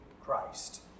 Christ